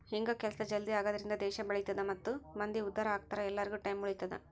ಹಿಂಗ ಕೆಲ್ಸ ಜಲ್ದೀ ಆಗದ್ರಿಂದ ದೇಶ ಬೆಳಿತದ ಮಂದಿ ಉದ್ದಾರ ಅಗ್ತರ ಎಲ್ಲಾರ್ಗು ಟೈಮ್ ಉಳಿತದ